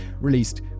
released